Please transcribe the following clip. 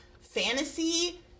fantasy